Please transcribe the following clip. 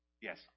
Yes